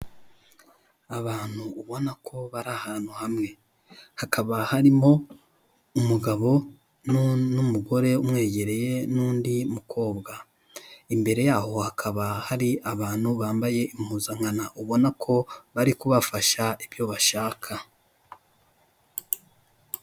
Abantu ubona ko bari ahantu hamwe hakaba harimo umugabo n'umugore umwegereye n'undi mukobwa, imbere yaho hakaba hari abantu bambaye impuzankano ubona ko bari kubafasha ibyo bashaka.